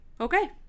okay